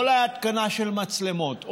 אולי התקנה של מצלמות,